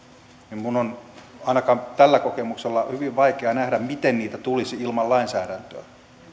minun on ainakin tällä kokemuksella hyvin vaikea nähdä miten niitä tulisi ilman lainsäädäntöä